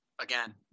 again